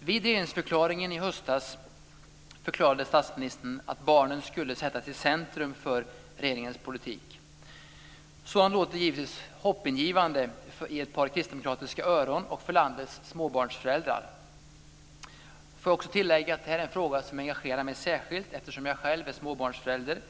Vid regeringsförklaringen i höstas förklarade statsministern att barnen skulle sättas i centrum för regeringens politik. Sådant låter givetvis hoppingivande i ett par kristdemokratiska öron och för landets småbarnsföräldrar. Jag vill också tillägga att detta är en fråga som engagerar mig särskilt eftersom jag själv är småbarnsförälder.